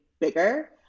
bigger